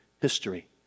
history